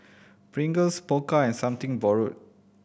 Pringles Pokka and Something Borrowed